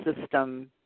system